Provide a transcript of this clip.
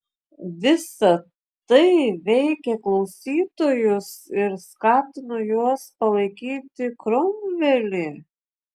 visa tai veikė klausytojus ir skatino juos palaikyti kromvelį